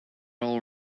all